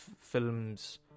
films